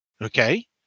Okay